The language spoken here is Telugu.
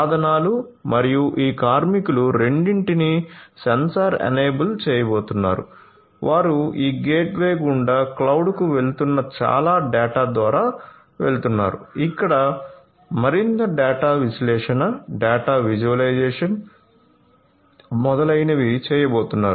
సాధనాలు మరియు ఈ కార్మికులు రెండింటినీ సెన్సార్ ఎనేబుల్ చేయబోతున్నారు వారు ఈ గేట్వే గుండా క్లౌడ్కు వెళుతున్న చాలా డేటా ద్వారా వెళుతున్నారు ఇక్కడ మరింత డేటా విశ్లేషణ డేటా విజువలైజేషన్ మొదలైనవి చేయబోతున్నారు